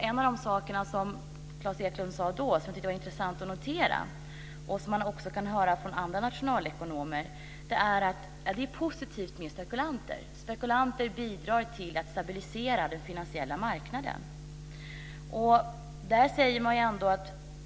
En av de saker som Klas Eklund också sade då, som jag tyckte var intressant att notera och som man också kan höra från andra nationalekonomer är att det är positivt med spekulanter. Spekulanter bidrar till att stabilisera den finansiella marknaden, anser man.